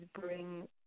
bring